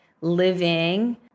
living